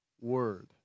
word